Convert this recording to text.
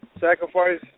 sacrifice